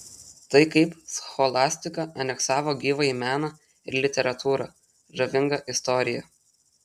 tai kaip scholastika aneksavo gyvąjį meną ir literatūrą žavinga istorija